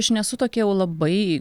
aš nesu tokia jau labai